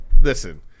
listen